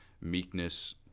meekness